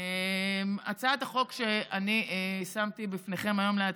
הצעת החוק שאני שמתי בפניכם היום להצבעה,